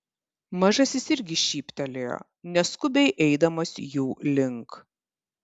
mažasis irgi šyptelėjo neskubiai eidamas jų link